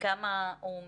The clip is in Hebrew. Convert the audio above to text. ובכמה הוא מתוקצב?